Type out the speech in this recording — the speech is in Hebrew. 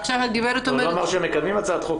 עכשיו הגברת אומרת --- הוא לא אמר שמקדמים הצעת חוק,